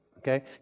Okay